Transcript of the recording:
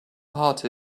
heart